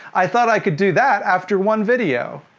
i thought i could do that after one video.